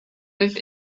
with